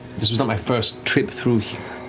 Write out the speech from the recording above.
this was not my first trip through here.